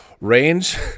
range